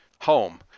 home